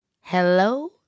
Hello